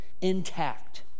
intact